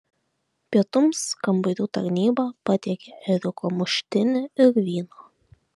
pietums kambarių tarnyba patiekė ėriuko muštinį ir vyno